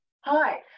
Hi